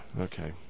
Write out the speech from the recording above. Okay